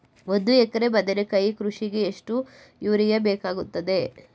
ಒಂದು ಎಕರೆ ಬದನೆಕಾಯಿ ಕೃಷಿಗೆ ಎಷ್ಟು ಯೂರಿಯಾ ಬೇಕಾಗುತ್ತದೆ?